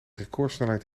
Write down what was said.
recordsnelheid